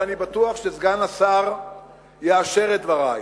ואני בטוח שסגן השר יאשר את דברי: